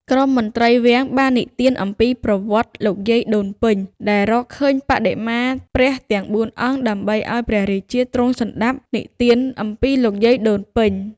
ក្រុមមន្ត្រីវាំងបាននិទានអំពីប្រវត្តិលោកយាយដូនពេញ ដែលរកឃើញបដិមាព្រះទាំងបួនអង្គ ដើម្បីឱ្យព្រះរាជាទ្រង់សណ្ដាប់ និទានអំពីលោកយាយដូនពេញ។